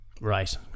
Right